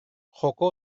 joko